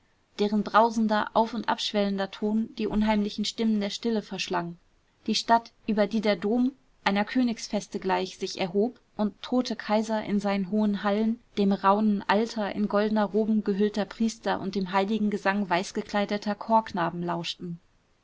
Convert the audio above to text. deren brausender auf und abschwellender ton die unheimlichen stimmen der stille verschlang die stadt über die der dom einer königsfeste gleich sich erhob und tote kaiser in seinen hohen hallen dem raunen alter in goldene roben gehüllter priester und dem hellen gesang weißgekleideter chorknaben lauschten